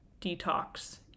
detox